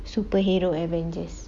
superhero avengers